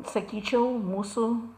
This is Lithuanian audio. sakyčiau mūsų